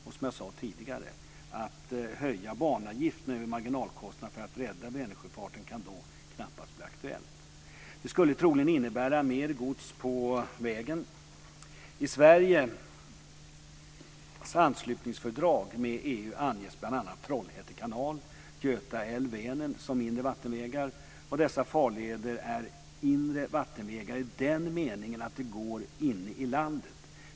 Som jag sade tidigare kan det då knappast bli aktuellt att höja banavgiften över marginalkostnaden för att rädda Vänersjöfarten. Det skulle troligen innebära mer gods på vägen. Trollhätte kanal, Göta älv och Vänern som mindre vattenvägar. Dessa farleder är inre vattenvägar i den meningen att de går inne i landet.